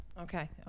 Okay